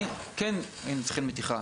היינו כן צריכים נתיחה.